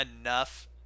enough